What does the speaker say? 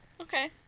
Okay